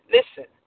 Listen